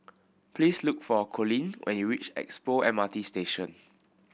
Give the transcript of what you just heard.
please look for Coleen when you reach Expo M R T Station